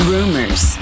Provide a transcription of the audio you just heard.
Rumors